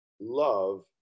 love